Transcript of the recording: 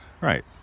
Right